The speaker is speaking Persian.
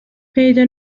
پیدا